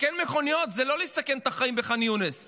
לתקן מכוניות זה לא לסכן את החיים בח'אן יונס,